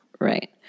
Right